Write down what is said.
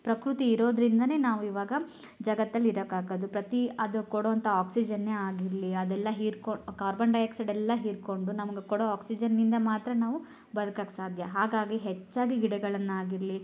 ಪ್ರಕೃತಿ ಇರೋದ್ರಿಂದಲೇ ನಾವು ಇವಾಗ ಜಗತ್ತಲ್ಲಿ ಇರೋಕೆ ಆಗೋದು ಪ್ರತಿ ಅದು ಕೊಡುವಂಥ ಆಕ್ಸಿಜನ್ನೇ ಆಗಿರಲಿ ಅದೆಲ್ಲ ಹೀರ್ಕೊ ಕಾರ್ಬನ್ ಡೈ ಆಕ್ಸೈಡ್ ಎಲ್ಲ ಹೀರಿಕೊಂಡು ನಮ್ಗೆ ಕೊಡೋ ಆಕ್ಸಿಜನ್ನಿಂದ ಮಾತ್ರ ನಾವು ಬದ್ಕೋಕೆ ಸಾಧ್ಯ ಹಾಗಾಗಿ ಹೆಚ್ಚಾಗಿ ಗಿಡಗಳನ್ನಾಗಿರಲಿ